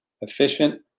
efficient